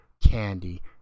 candy